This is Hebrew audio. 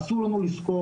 אסור לנו לשכוח,